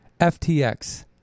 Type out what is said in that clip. FTX